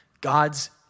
God's